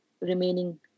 remaining